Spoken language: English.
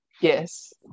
yes